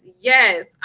yes